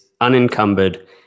unencumbered